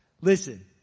Listen